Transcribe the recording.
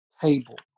table